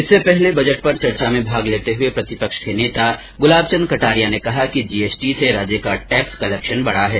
इससे पहले बजट पर चर्चा में भाग लेते हुए प्रतिपक्ष के नेता गुलाबचंद कटारिया ने कहा कि जीएसटी से राज्य का टैक्स कलेक्शन बढा है